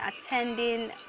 attending